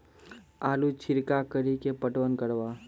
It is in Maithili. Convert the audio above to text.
आलू छिरका कड़ी के पटवन करवा?